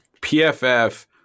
PFF